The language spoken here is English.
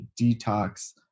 detox